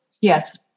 Yes